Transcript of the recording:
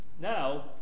Now